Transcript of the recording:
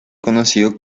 conocido